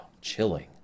chilling